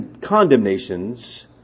condemnations